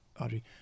audrey